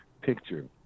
picture